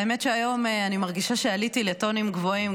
האמת שהיום אני מרגישה שעליתי לטונים גבוהים,